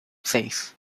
seis